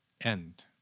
end